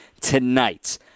tonight